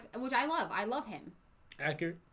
which i love i love him the